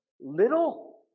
little